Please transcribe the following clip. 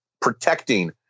protecting